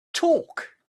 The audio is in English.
talk